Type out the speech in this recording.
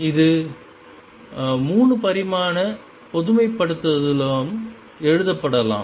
இது 3 பரிமாண பொதுமைப்படுத்தலும் எழுதப்படலாம்